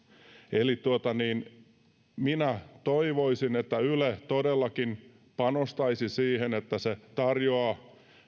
eli minä toivoisin että yle todellakin panostaisi siihen että se tarjoaa